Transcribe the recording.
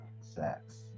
sex